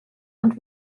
und